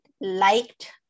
liked